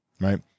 right